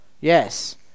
yes